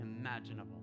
imaginable